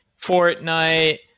Fortnite